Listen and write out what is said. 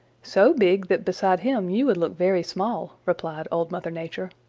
so big that beside him you would look very small, replied old mother nature.